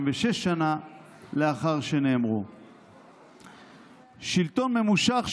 דברים אלו, שנאמרו בשנת 1955,